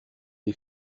les